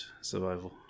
survival